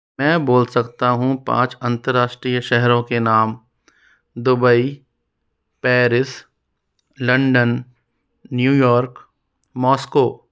मैं बोल सकता हूँ पाँच अन्तर्राष्ट्रीय शहरों के नाम Dubai Paris London New York Moscow